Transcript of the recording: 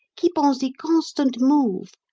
keep on ze constant move.